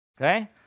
Okay